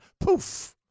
poof